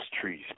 trees